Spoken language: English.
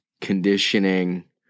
conditioning